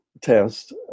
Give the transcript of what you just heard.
test